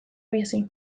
bizi